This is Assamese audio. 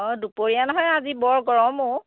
অঁ দুপৰীয়া নহয় আজি বৰ গৰমো